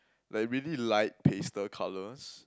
like really light pastel colours